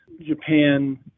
japan